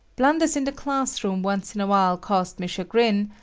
blunders in the class room once in a while caused me chagrin,